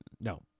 No